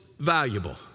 valuable